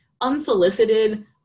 unsolicited